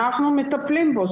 אנחנו מטפלים בו,